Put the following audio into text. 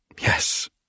yes